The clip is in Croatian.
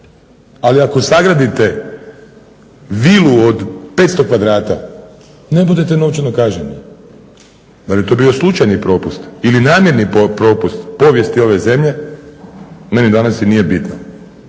ali ako sagradite vilu od 500 kvadrata, ne budete novčano kažnjeni. Da li je to bio slučajni propust ili namjerni propust u povijesti ove zemlje, meni danas nije bitno.